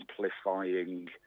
simplifying